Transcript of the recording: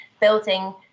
building